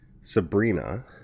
Sabrina